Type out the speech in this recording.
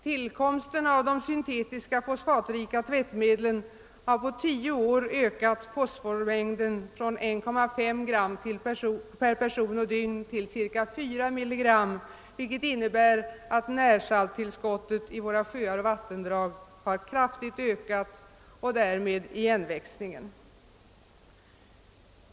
Tillkomsten av de syntetiska fosfatrika tvättmedlen har på tio år ökat fosformängden från 1,6 gram per person och dygn till cirka 4 gram, vilket innebär att närsalttillskottet i våra sjöar och vattendrag har kraftigt ökat och därmed igenväxningen.